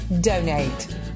donate